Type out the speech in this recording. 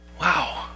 Wow